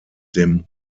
dem